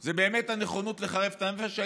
זה באמת הנכונות לחרף את הנפש.